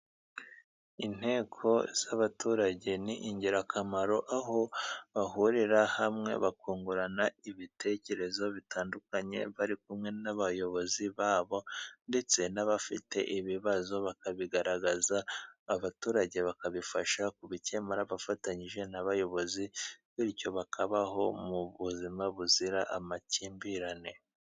Inteko z'abaturage ni ingirakamaro, aho bahurira hamwe bakungurana ibitekerezo bitandukanye, bari kumwe n'abayobozi ba bo, ndetse n'abafite ibibazo bakabigaragaza, abaturage bakabifasha kubikemura bafatanyije n'abayobozi, bityo bakabaho mu buzima buzira amakimbirane.